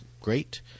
Great